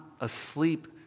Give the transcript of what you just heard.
asleep